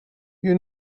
you